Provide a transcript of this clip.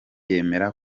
yemera